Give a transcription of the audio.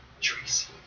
Tracy